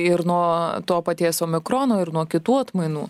ir nuo to paties omikrono ir nuo kitų atmainų